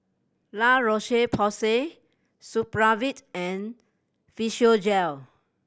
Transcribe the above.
La Roche Porsay Supravit and Physiogel